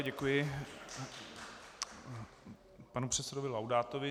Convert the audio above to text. Děkuji panu předsedovi Laudátovi.